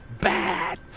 bad